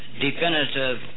definitive